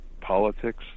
politics